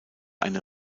eine